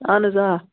اَہَن حظ آ